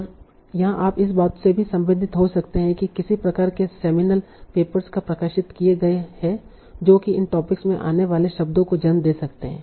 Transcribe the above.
और यह आप इस बात से भी संबंधित हो सकते हैं कि किस प्रकार के सेमिनल पेपर्स प्रकाशित किए गए हैं जो कि इन टॉपिक्स में आने वाले शब्दों को जन्म दे सकते हैं